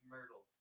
Myrtle